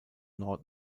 nord